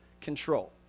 control